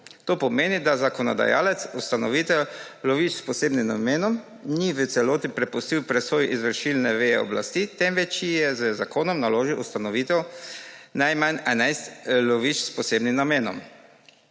To pomeni, da zakonodajalec ustanovitev lovišč s posebnim namenom ni v celoti prepustil presoji izvršilne veje oblasti, temveč ji je z zakonom naložil ustanovitev najmanj enajstih lovišč s posebnim namenom.